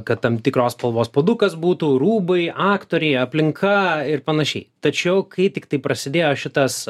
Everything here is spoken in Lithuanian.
kad tam tikros spalvos puodukas būtų rūbai aktoriai aplinka ir pan tačiau kai tiktai prasidėjo šitas